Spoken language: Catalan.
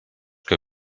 que